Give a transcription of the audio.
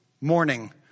morning